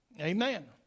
Amen